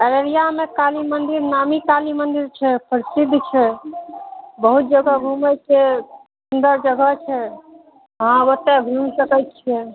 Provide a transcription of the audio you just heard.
अररियामे काली मन्दिर नामी काली मन्दिर छै प्रसिद्ध छै बहुत जगह घुमै छिए सुन्दर जगह छै अहाँ ओतए घुमि सकै छिए